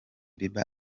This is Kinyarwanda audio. bieber